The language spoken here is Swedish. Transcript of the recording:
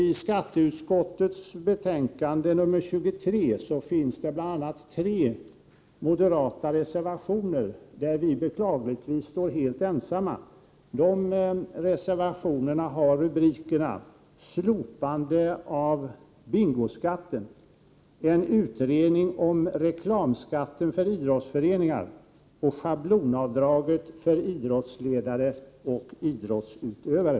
Till skatteutskottets betänkande nr 23 finns bl.a. tre moderata reservationer, där vi beklagligtvis står helt ensamma, och de har rubrikerna Slopande av bingoskatten, En utredning om reklamskatten för idrottsföreningar och Schablonavdraget för idrottsledare och idrottsutövare.